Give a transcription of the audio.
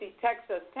Texas